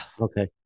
okay